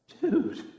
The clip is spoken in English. dude